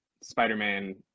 Spider-Man